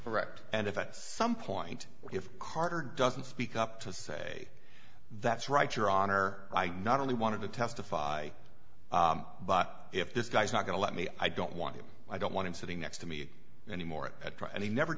correct and if at some point if carter doesn't speak up to say that's right your honor i not only wanted to testify but if this guy's not going to let me i don't want to i don't want him sitting next to me anymore and he never